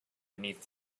beneath